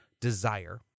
desire